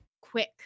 quick